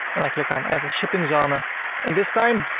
and i click on add the shipping zone ah and this time,